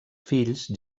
fills